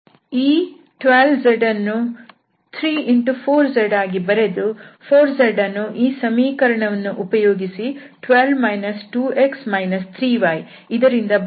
ಈ 12zಅನ್ನು 3×4z ಆಗಿ ಬರೆದು 4zಅನ್ನು ಈ ಸಮೀಕರಣವನ್ನು ಉಪಯೋಗಿಸಿ 12 2x 3y ಇದರಿಂದ ಬದಲಾಯಿಸುತ್ತೇವೆ